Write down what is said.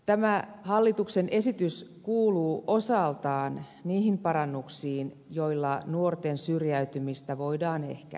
tämä hallituksen esitys kuuluu osaltaan niihin parannuksiin joilla nuorten syrjäytymistä voidaan ehkäistä